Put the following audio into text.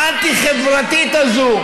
האנטי-חברתית הזאת?